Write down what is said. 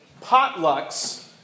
potlucks